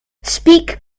speak